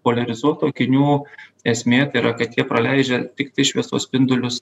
poliarizuotų akinių esmė tai yra kad jie praleidžia tiktai šviesos spindulius